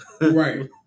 right